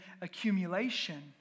accumulation